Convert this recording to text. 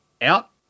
out